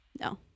No